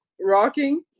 rocking